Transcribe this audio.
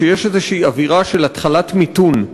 שיש איזושהי אווירה של התחלת מיתון.